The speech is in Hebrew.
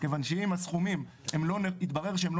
כיוון שאם התברר שהסכומים לא נכונים,